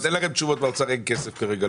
זאת אומרת, אין לכם תשובות מהאוצר שאין כסף לתת.